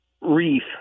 reef